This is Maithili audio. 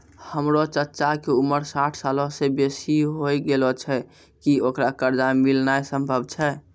हमरो चच्चा के उमर साठ सालो से बेसी होय गेलो छै, कि ओकरा कर्जा मिलनाय सम्भव छै?